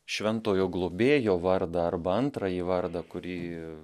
šventojo globėjo vardą arba antrąjį vardą kurį